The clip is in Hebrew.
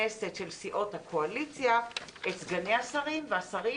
הכנסת של סיעות הקואליציה את סגני השרים והשרים